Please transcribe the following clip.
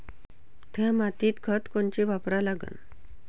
थ्या मातीत खतं कोनचे वापरा लागन?